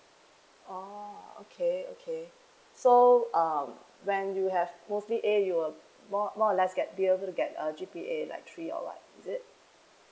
oh okay okay so um when you have mostly A you will more more or less pier get uh G P A like three or what is it